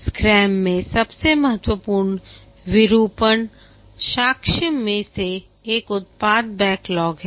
scrum में सबसे महत्वपूर्ण विरूपण साक्ष्य में से एक उत्पाद बैकलॉग है